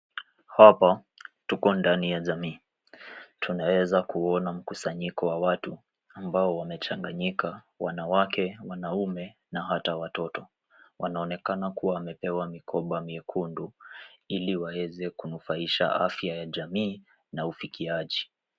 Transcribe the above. Hapa tuko ndani ya jamii. Tunaweza kuona mkusanyiko wa watu ambao wamechanganyika wanawake, wanaume na hata watoto. Wanaonekana kuwa wamepewa mikoba miekundu ili waweze kunufaisha afya ya jamii na ufikiaji.